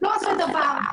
לא עושה דבר.